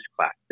class